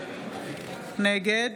נגד